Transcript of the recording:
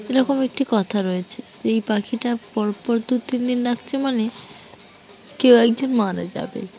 এরকম একটি কথা রয়েছে এই পাখিটা পরপর দু তিন দিন ডাকছে মানে কেউ একজন মারা যাবে